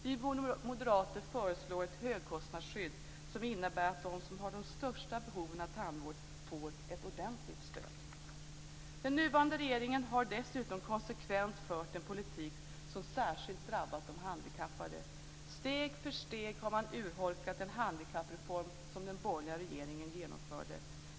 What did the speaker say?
Vi moderater föreslår ett högkostnadsskydd som innebär att de som har de största behoven av tandvård får ett ordentligt stöd. Den nuvarande regeringen har dessutom konsekvent fört en politik som särskilt drabbat de handikappade. Steg för steg har man urholkat den handikappreform som den borgerliga regeringen genomförde.